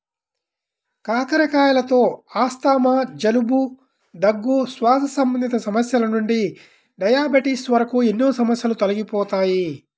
కాకరకాయలతో ఆస్తమా, జలుబు, దగ్గు, శ్వాస సంబంధిత సమస్యల నుండి డయాబెటిస్ వరకు ఎన్నో సమస్యలు తొలగిపోతాయి